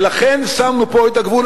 ולכן שמנו פה את הגבול.